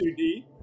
2d